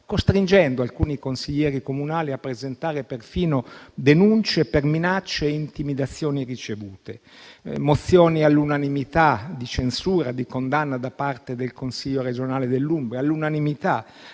costringendo alcuni consiglieri comunali a presentare perfino denunce per minacce e intimidazioni ricevute, mozioni all'unanimità di censura, di condanna da parte del consiglio regionale dell'Umbria; la